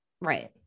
right